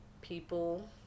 people